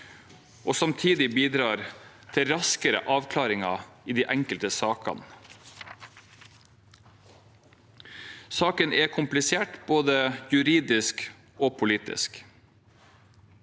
og samtidig bidrar til raskere avklaringer i de enkelte sakene. Saken er komplisert, både juridisk og politisk.